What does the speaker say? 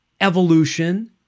evolution